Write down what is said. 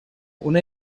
una